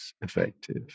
effective